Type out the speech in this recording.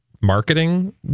marketing